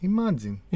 Imagine